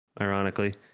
ironically